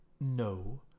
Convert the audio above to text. No